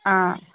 অঁ